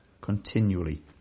continually